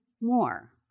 more